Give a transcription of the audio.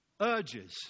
urges